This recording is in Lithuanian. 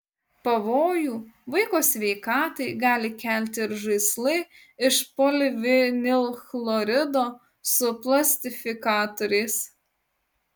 pavojų vaiko sveikatai gali kelti ir žaislai iš polivinilchlorido su plastifikatoriais